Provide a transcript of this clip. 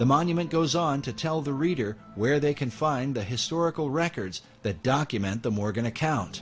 the monument goes on to tell the reader where they can find the historical records that document the morgan account